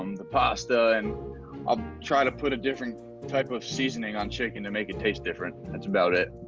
um the pasta. and i'll try to put a different type of seasoning on chicken to make it taste different. that's about it.